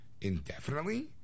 indefinitely